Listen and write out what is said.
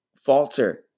falter